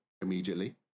immediately